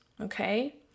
Okay